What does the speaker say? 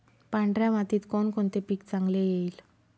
पांढऱ्या मातीत कोणकोणते पीक चांगले येईल?